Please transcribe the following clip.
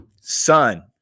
son